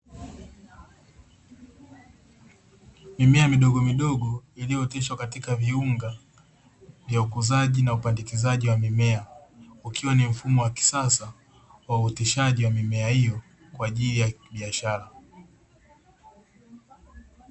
Mimea midogomidogo iliyooteshwa katika viunga vya ukuzaji na upandikizaji wa mimea, ukiwa ni mfumo wa kisasa wa uoteshaji wa mimea hiyo kwa ajili ya kibiashara.